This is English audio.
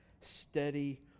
steady